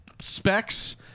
specs